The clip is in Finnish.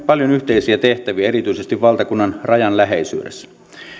paljon yhteisiä tehtäviä erityisesti valtakunnan rajan läheisyydessä